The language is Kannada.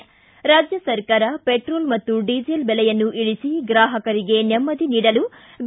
ಿ ರಾಜ್ಯ ಸರ್ಕಾರ ಪೆಟ್ರೋಲ್ ಮತ್ತು ಡೀಸೆಲ್ ದೆಲೆಯನ್ನು ಇಳಿಸಿ ಗ್ರಾಹಕರಿಗೆ ನೆಮ್ದದಿ ನೀಡಲು ಬಿ